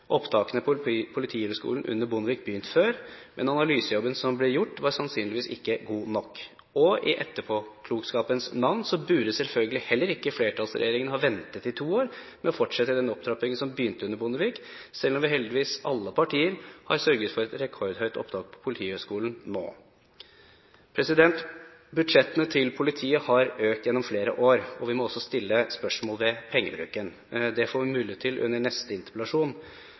opptakene til Politihøgskolen under Bondevik begynt før, men analysejobben som ble gjort, var sannsynligvis ikke god nok. Og i etterpåklokskapens navn burde selvfølgelig heller ikke flertallsregjeringen ha ventet i to år med å fortsette den opptrappingen som begynte under Bondevik, selv om vi heldigvis – alle partier – har sørget for et rekordhøyt opptak på Politihøgskolen nå. Budsjettene til politiet har økt gjennom flere år, og vi må også stille spørsmål ved pengebruken. Det får vi mulighet til under neste interpellasjon.